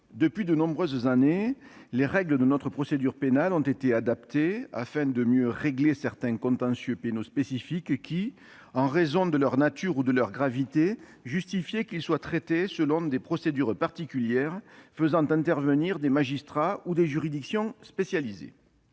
depuis de nombreuses années, les règles de notre procédure pénale ont été adaptées afin de mieux régler certains contentieux pénaux spécifiques dont, en raison de leur nature ou de leur gravité, le traitement justifiait des procédures particulières faisant intervenir des magistrats ou des juridictions spécialisés.